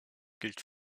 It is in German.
gilt